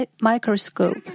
microscope